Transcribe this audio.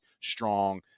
strong